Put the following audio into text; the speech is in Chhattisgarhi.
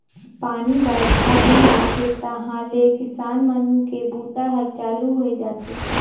पानी बाईरखा दिन आथे तहाँले किसान मन के बूता हर चालू होए जाथे